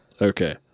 Okay